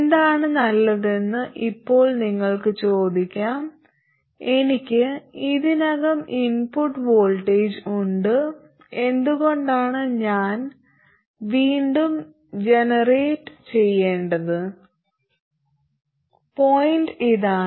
എന്താണ് നല്ലതെന്ന് ഇപ്പോൾ നിങ്ങൾക്ക് ചോദിക്കാം എനിക്ക് ഇതിനകം ഇൻപുട്ട് വോൾട്ടേജ് ഉണ്ട് എന്തുകൊണ്ടാണ് ഞാൻ വീണ്ടും ജനറേറ്റ് ചെയ്യേണ്ടത് പോയിന്റ് ഇതാണ്